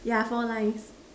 yeah four lines